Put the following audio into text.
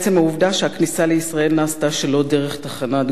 שהכניסה לישראל נעשתה שלא דרך תחנת גבול,